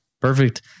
Perfect